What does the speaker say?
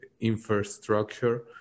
infrastructure